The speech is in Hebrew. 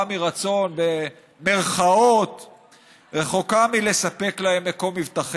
מרצון רחוקה מלספק להם מקום מבטחים.